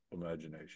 imagination